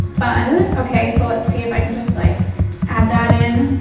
fun. okay, so let's see if i can just like add that in.